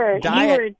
diet